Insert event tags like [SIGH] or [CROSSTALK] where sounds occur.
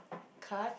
[NOISE] card